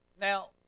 Now